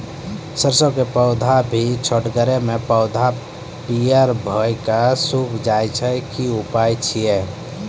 सरसों के पौधा भी छोटगरे मे पौधा पीयर भो कऽ सूख जाय छै, की उपाय छियै?